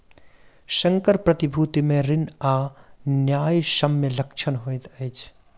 संकर प्रतिभूति मे ऋण आ न्यायसम्य लक्षण होइत अछि